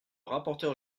rapporteur